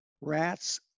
rats